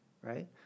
right